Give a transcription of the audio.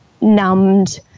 numbed